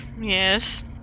yes